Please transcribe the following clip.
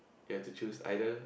you have to choose either